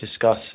discuss